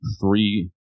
three